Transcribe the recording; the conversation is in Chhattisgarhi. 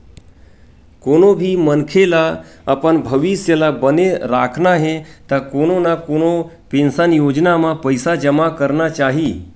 कोनो भी मनखे ल अपन भविस्य ल बने राखना हे त कोनो न कोनो पेंसन योजना म पइसा जमा करना चाही